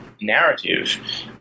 narrative